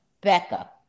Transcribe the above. Becca